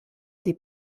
des